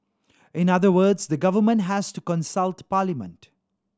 in other words the government has to consult parliament